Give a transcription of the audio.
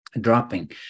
dropping